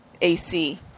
AC